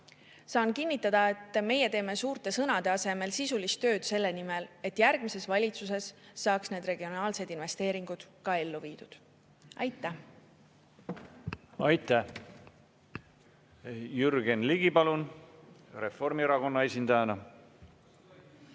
Saan kinnitada, et meie teeme suurte sõnade asemel sisulist tööd selle nimel, et järgmises valitsuses saaks need regionaalsed investeeringud ka ellu viidud. Aitäh! Aitäh, austatud istungi juhataja!